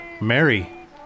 Mary